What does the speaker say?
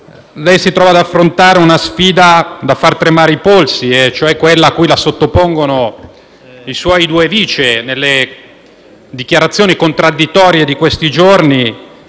lei si trova ad affrontare una sfida da far tremare i polsi, quella cui la sottopongono i suoi due vice nelle dichiarazioni contraddittorie di questi giorni,